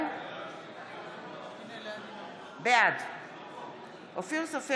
בעד אורית מלכה